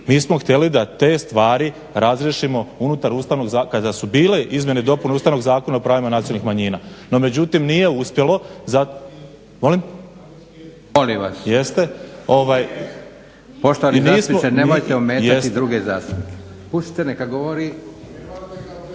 Mi smo htjeli da te stvari razriješimo unutar Ustavnog zakona kada su bile izmjene i dopune Ustavnog zakona o pravima nacionalnih manjina. No međutim nije uspjelo. **Leko, Josip (SDP)** Poštovani zastupniče, nemojte ometati druge zastupnike. Pustite da govori.